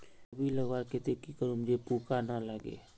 कोबी लगवार केते की करूम जे पूका ना लागे?